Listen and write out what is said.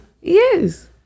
Yes